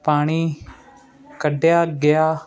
ਪਾਣੀ ਕੱਢਿਆ ਗਿਆ